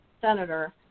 Senator